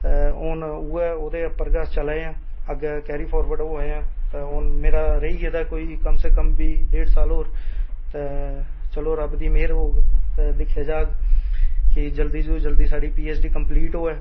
ते हुन उऐ ओह्दे उप्पर गै अस चला दे आं अग्गै फार्वड होआ दे ते मेरा हुन रेही गेदा कोई कम से कम बी डेढ साल होर ते चलो रब्ब दी मेह्र होग ते जल्दी तूं जल्दी साढी पी एच डी कम्पलीट होए